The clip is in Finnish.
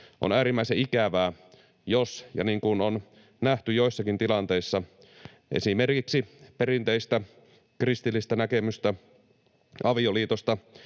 On äärimmäisen ikävää, jos — ja niin kuin on nähty joissakin tilanteissa — esimerkiksi perinteistä kristillistä näkemystä avioliitosta